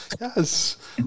Yes